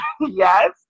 yes